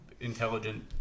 intelligent